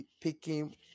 picking